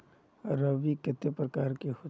रवि के कते प्रकार होचे?